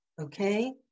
okay